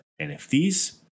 NFTs